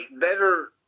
better